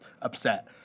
upset